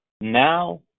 Now